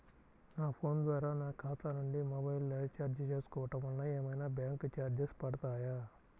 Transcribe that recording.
నా ఫోన్ ద్వారా నా ఖాతా నుండి మొబైల్ రీఛార్జ్ చేసుకోవటం వలన ఏమైనా బ్యాంకు చార్జెస్ పడతాయా?